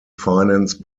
finance